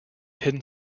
hidden